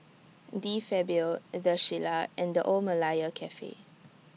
De Fabio The Shilla and The Old Malaya Cafe